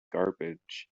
garbage